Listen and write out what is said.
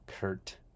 Kurt